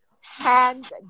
hands